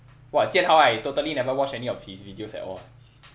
!wah! jian hao I totally never watch any of his videos at all